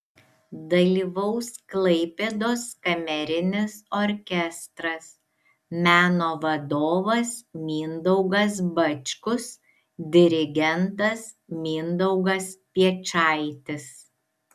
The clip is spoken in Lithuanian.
dalyvaus klaipėdos kamerinis orkestras meno vadovas mindaugas bačkus dirigentas mindaugas piečaitis